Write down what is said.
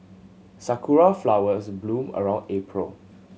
sakura flowers bloom around April